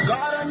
God